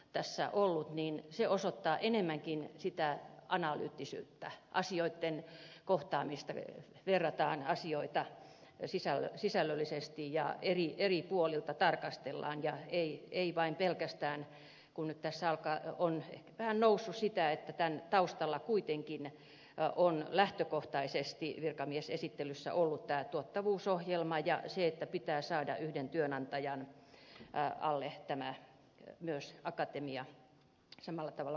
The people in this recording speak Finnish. tässä ollut niin se osoittaa enemmänkin sitä analyyttisyyttä asioitten kohtaamista että verrataan asioita sisällöllisesti ja eri puolilta tarkastellaan kun nyt tässä on ehkä vähän noussut esille sitä että tämän taustalla kuitenkin on lähtökohtaisesti virkamiesesittelyssä ollut tämä tuottavuusohjelma ja se että pitää saada myös akatemia samalla tavalla kuin yliopistot yhden työnantajan alle ja työsuhteeseen